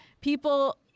people